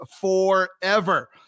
forever